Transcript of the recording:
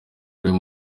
ariwe